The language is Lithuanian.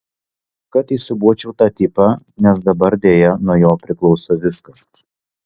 kad įsiūbuočiau tą tipą nes dabar deja nuo jo priklauso viskas